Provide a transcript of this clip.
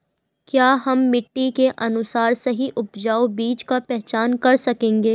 क्या हम मिट्टी के अनुसार सही उपजाऊ बीज की पहचान कर सकेंगे?